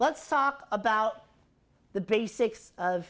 let's talk about the basics